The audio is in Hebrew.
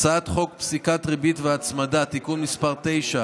הצעת חוק פסיקת ריבית והצמדה (תיקון מס' 9),